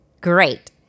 Great